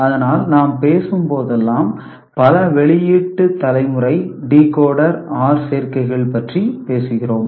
அதனால் நாம் பேசும் போதெல்லாம் பல வெளியீட்டு தலைமுறை டிகோடர் OR சேர்க்கைகள் பற்றி பேசுகிறோம்